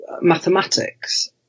mathematics